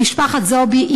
ממשפחת זועבי.